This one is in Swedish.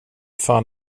fan